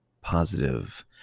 positive